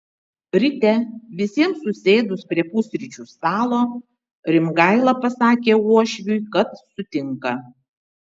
ryte visiems susėdus prie pusryčių stalo rimgaila pasakė uošviui kad sutinka